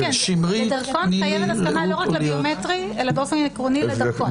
בדרכון חייבת הסכמה לא רק לביומטרי אלא באופן עקרוני לדרכון.